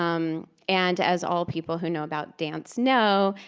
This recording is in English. um and as all people who know about dance know,